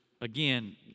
again